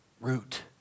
root